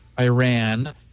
Iran